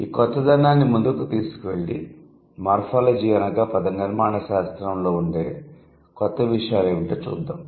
ఈ క్రొత్తదనాన్ని ముందుకు తీసుకెళ్లి మోర్ఫోలజి అనగా పదనిర్మాణ శాస్త్రంలో ఉండే క్రొత్త విషయాలు ఏమిటో చూద్దాం